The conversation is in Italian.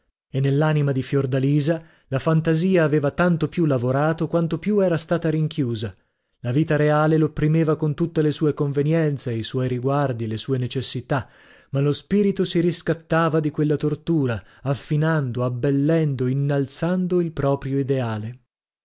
fantasia aveva tanto più lavorato quanto più era stata rinchiusa la vita reale l'opprimeva con tutte le sue convenienze i suoi riguardi le sue necessità ma lo spirito si ricattava di quella tortura affinando abbellendo innalzando il proprio ideale